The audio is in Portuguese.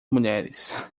mulheres